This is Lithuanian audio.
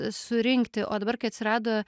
surinkti o dabar kai atsirado